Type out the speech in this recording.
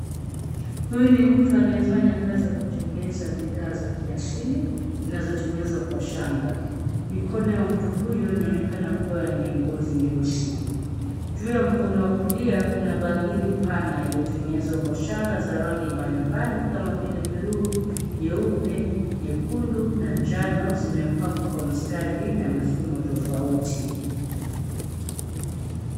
Huyu ni mtu anayefanya kazi ya kutengeza bidhaa za kiasili, zinazotengezwa kwa shanga. Mikono ya mtu huyu inaonekana kuwa ni ya ngozi nyeusi. Juu ya mkono wa kulia kuna bangili pana iliyotengezwa kwa shanga za rangi mbalimbali kama vile bluu, nyeupe, nyekundu na njano zimepangwa kwa mstari na mifumo tofauti.